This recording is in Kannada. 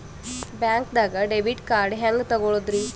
ಬ್ಯಾಂಕ್ದಾಗ ಡೆಬಿಟ್ ಕಾರ್ಡ್ ಹೆಂಗ್ ತಗೊಳದ್ರಿ?